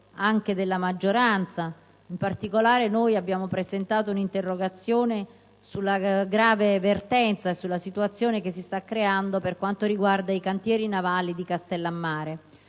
anche della maggioranza. In particolare, il nostro Gruppo ha presentato un'interrogazione sulla grave vertenza e sulla situazione che si sta creando con riferimento ai cantieri navali di Castellammare